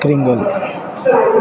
Kringle